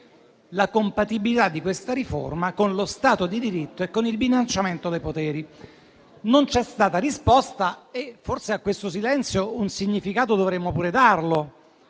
la compatibilità di questa riforma con lo Stato di diritto e con il bilanciamento dei poteri. Non c'è stata risposta e forse a questo silenzio un significato dovremmo pure darlo.